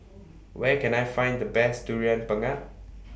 Where Can I Find The Best Durian Pengat